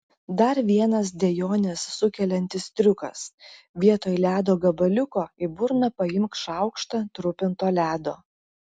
dar vienas dejones sukeliantis triukas vietoj ledo gabaliuko į burną paimk šaukštą trupinto ledo